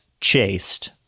chased